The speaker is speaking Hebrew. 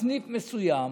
בסניף מסוים,